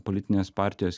politinės partijos